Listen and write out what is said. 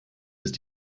ist